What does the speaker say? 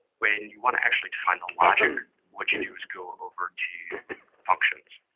when you want to actually define the logic, what you do is go over to functions.